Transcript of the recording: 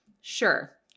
Sure